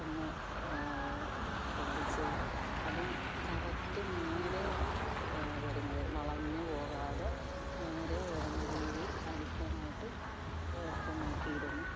ഒന്ന് ശ്രദ്ധിച്ച് അതും കറക്റ്റ് നേരെ വരുന്നത് വളഞ്ഞ് പോകാതെ നേരെ വരുന്ന രീതിയിൽ അടിക്കാനായിട്ട് ഒക്കെ നോക്കിയിരുന്നു